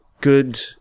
good